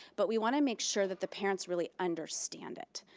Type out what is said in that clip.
but we want to make sure that the parents really understand it.